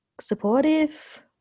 supportive